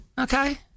Okay